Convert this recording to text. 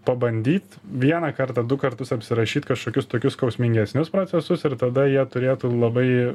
pabandyt vieną kartą du kartus apsirašyt kažkokius tokius skausmingesnius procesus ir tada jie turėtų labai